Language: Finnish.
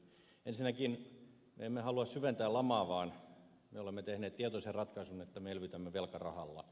ensinnäkin me emme halua syventää lamaa vaan me olemme tehneet tietoisen ratkaisun että me elvytämme velkarahalla